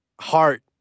heart